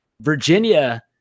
Virginia